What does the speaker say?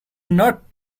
not